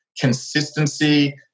consistency